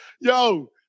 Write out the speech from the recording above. Yo